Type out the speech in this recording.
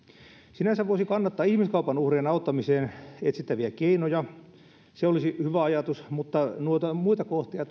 sinänsä voisi kannattaa ihmiskaupan uhrien auttamiseen etsittäviä keinoja se olisi hyvä ajatus mutta noita muita kohtia